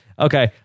Okay